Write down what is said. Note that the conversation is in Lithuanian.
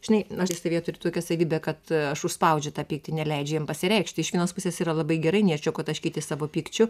žinai aš tai savyje turiu tokią savybę kad aš užspaudžiu tą pyktį neleidžiu jam pasireikšti iš vienos pusės yra labai gerai nėr čia ko taškytis savo pykčiu